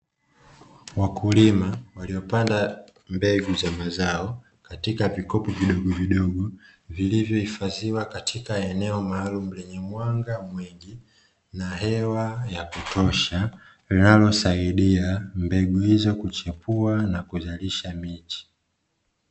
Wakulima waliopanda mbegu za mazao katika vikopo vidogo vidogo vilivyohifadhiwa katika eneo maalumu lenye mwanga mwingi, na hewa ya kutosha inayosaidia mbegu hizo kuchipua na kuzalisha miche.